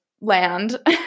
land